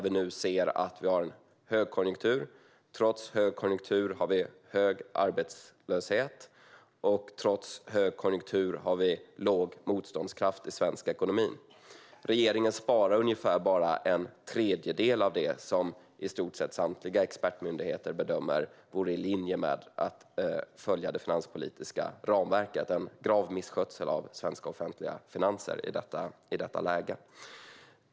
Vi ser nu att vi har en högkonjunktur. Trots högkonjunktur har vi hög arbetslöshet, och trots högkonjunktur har vi låg motståndskraft i svensk ekonomi. Regeringen sparar ungefär bara en tredjedel av det som i stort sett samtliga expertmyndigheter bedömer vore i linje med att följa det finanspolitiska ramverket. Det är en grav misskötsel av svenska offentliga finanser i detta läge.